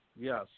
Yes